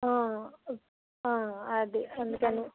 అది అందుకని